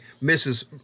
misses